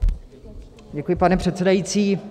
Děkuji, pane předsedající.